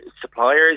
suppliers